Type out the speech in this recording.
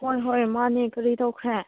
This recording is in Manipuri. ꯍꯣꯏ ꯍꯣꯏ ꯃꯥꯅꯦ ꯀꯔꯤ ꯇꯧꯈ꯭ꯔꯦ